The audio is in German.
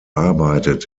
arbeitet